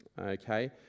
okay